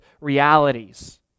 realities